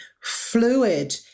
fluid